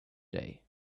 today